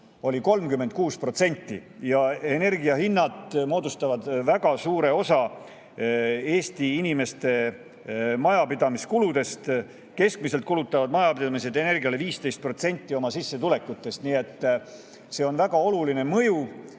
oli 36%. Ja energiahinnad moodustavad väga suure osa Eesti inimeste majapidamiskuludest. Keskmiselt kulutavad majapidamised energiale 15% oma sissetulekutest. Nii et see on väga oluline mõju.